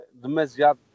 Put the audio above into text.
demasiado